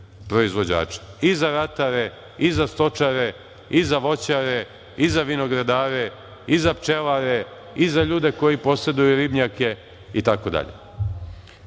i za ratare, i za stočare, i za voćare, i za vinogradare, i za pčelare, i za ljude koji poseduju ribnjake